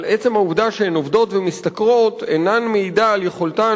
אבל עצם העובדה שהן עובדות ומשתכרות אינה מעידה על יכולתן